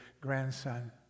grandson